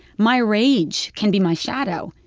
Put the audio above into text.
my rage can be my shadow,